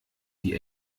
die